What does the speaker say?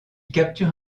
capture